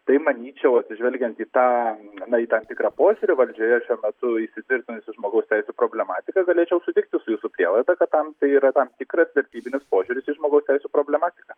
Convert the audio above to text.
tai manyčiau atsižvelgiant į tą na į tam tikrą požiūrį valdžioje šiuo metu įsitvirtinusi žmogaus teisių problematika galėčiau sutikti su jūsų prielaida kad tam tai yra tam tikras vertybinis požiūris į žmogaus teisių problematiką